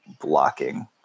blocking